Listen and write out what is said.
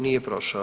Nije prošao.